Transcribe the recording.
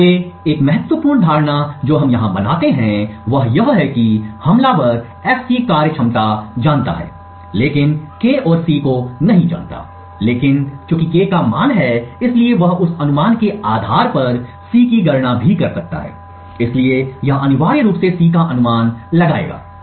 इसलिए एक महत्वपूर्ण धारणा जो हम यहां बनाते हैं वह यह है कि हमलावर F की कार्यक्षमता जानता है लेकिन K और C को नहीं जानता है लेकिन चूंकि K का मान है इसलिए वह उस अनुमान के आधार पर C की गणना भी कर सकता है इसलिए यह अनिवार्य रूप से C का अनुमान लगाया जाएगा